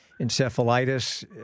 encephalitis